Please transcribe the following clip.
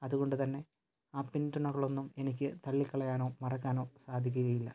അതുകൊണ്ട് തന്നെ ആ പിന്തുണകളൊന്നും എനിക്ക് തളളിക്കളയാനോ മറക്കാനോ സാധിക്കുകയില്ല